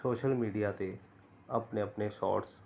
social media 'ਤੇ ਆਪਣੇ ਆਪਣੇ ਸ਼ੋਟਸ